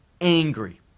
angry